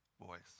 voice